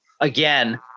again